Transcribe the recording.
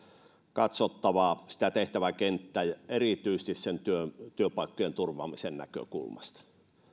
katsottava sitä tehtäväkenttää ja erityisesti siitä työpaikkojen turvaamisen näkökulmasta